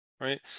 Right